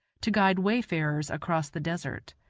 to guide wayfarers across the desert.